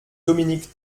dominique